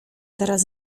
teraz